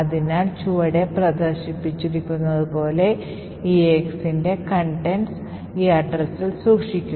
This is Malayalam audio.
അതിനാൽ ചുവടെ പ്രദർശിപ്പിച്ചിരിക്കുന്നതുപോലെ eax ന്റെ contents ഈaddressൽ സൂക്ഷിക്കും